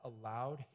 allowed